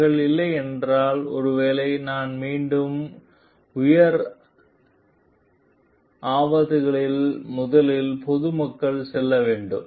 அவர்கள் இல்லை என்றால் ஒருவேளை நான் மீண்டும் உயர் அப்களுக்கு முதலில் பொது மக்கள் செல்ல வேண்டும்